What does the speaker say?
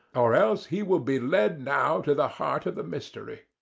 or else he will be led now to the heart of the mystery.